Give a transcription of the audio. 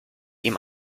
ihm